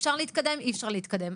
אפשר להתקדם, אי-אפשר להתקדם?